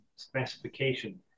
Specification